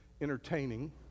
entertaining